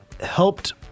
helped